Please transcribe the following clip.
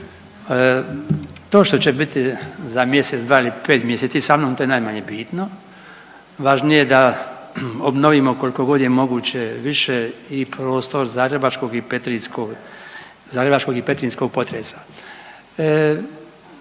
To što će biti za mjesec, dva ili pet mjeseci sa mnom to je najmanje bitno, važnije da obnovimo kolikogod je moguće više i prostor i zagrebačkog i petrinjskog potresa.